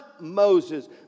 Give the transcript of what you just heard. Moses